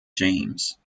james